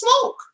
smoke